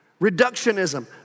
reductionism